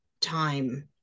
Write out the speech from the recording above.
time